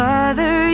Father